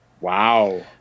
Wow